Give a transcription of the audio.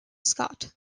scott